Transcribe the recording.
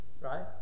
Right